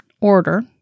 order